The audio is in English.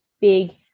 big